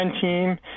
team